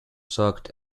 shocked